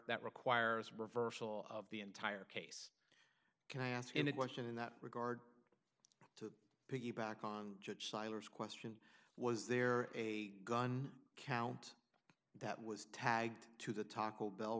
that requires reversal of the entire case can i ask in a question in that regard piggyback on question was there a gun count that was tagged to the taco bell